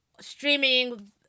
streaming